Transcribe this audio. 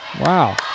Wow